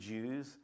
Jews